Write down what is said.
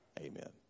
Amen